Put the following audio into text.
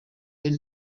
ben